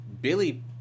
Billy